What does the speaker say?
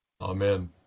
Amen